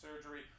surgery